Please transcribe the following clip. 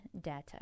data